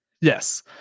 yes